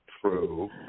true